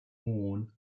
worn